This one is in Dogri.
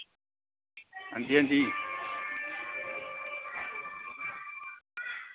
अंजी अंजी